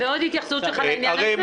עוד התייחסות אחת לעניין הזה.